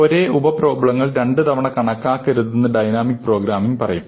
ഒരേ ഉപ പ്രോബ്ലങ്ങൾ രണ്ടുതവണ കണക്കാക്കരുതെന്ന് ഡൈനാമിക് പ്രോഗ്രാമിംഗ് പറയുന്നു